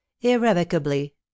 Irrevocably